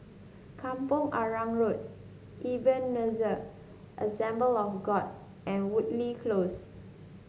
Kampong Arang Road Ebenezer Assembly of God and Woodleigh Close